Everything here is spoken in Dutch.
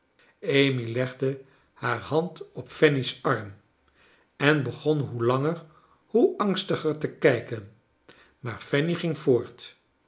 amy legde haar hand op fanny's arm en begon hoe langer hoe angstiger te kijken maar fanny ging voort